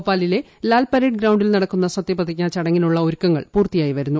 ഭോപ്പാലിലെ Lal parade ഗ്രൌണ്ടിൽ നടക്കുന്ന സത്യപ്രതിജ്ഞാ ചടങ്ങിനുള്ള ഒരുക്കങ്ങൾ പൂർത്തിയായി വരുന്നു